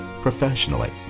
professionally